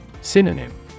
Synonym